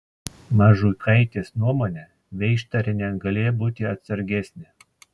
mažuikaitės nuomone veištarienė galėjo būti atsargesnė